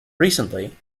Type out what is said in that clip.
recently